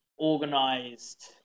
Organized